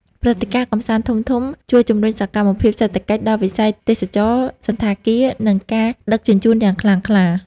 ព្រឹត្តិការណ៍កម្សាន្តធំៗជួយជំរុញសកម្មភាពសេដ្ឋកិច្ចដល់វិស័យទេសចរណ៍ សណ្ឋាគារ និងការដឹកជញ្ជូនយ៉ាងខ្លាំងក្លា។